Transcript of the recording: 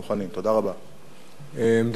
דעה נוספת, חבר הכנסת מיכאל בן-ארי.